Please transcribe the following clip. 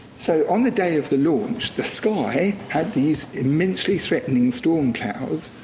so on the day of the launch, the sky had these immensely threatening storm clouds.